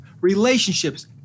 relationships